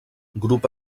grup